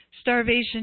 starvation